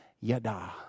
yada